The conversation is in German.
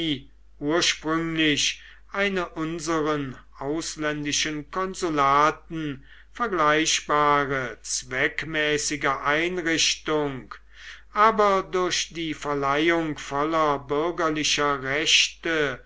ursprünglich eine unseren ausländischen konsulaten vergleichbare zweckmäßige einrichtung aber durch die verleihung voller bürgerlicher rechte